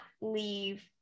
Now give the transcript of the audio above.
leave